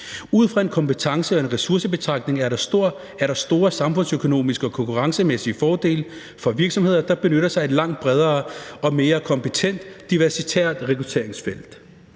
Ud fra en kompetence- og en ressourcebetragtning er der store samfundsøkonomiske og konkurrencemæssige fordele for virksomheder, der benytter sig af et langt bredere og mere kompetent og mangfoldigt rekrutteringsfelt.